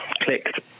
clicked